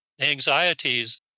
anxieties